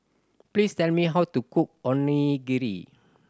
please tell me how to cook Onigiri